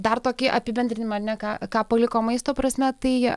dar tokį apibendrinimą ne ką ką paliko maisto prasme tai